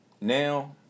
Now